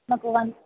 నాకు వంద